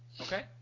Okay